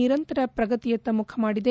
ನಿರಂತರ ಪ್ರಗತಿಯತ್ತ ಮುಖ ಮಾಡಿದೆ